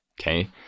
Okay